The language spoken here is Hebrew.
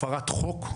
הפרת חוק.